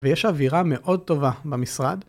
ויש אווירה מאוד טובה במשרד.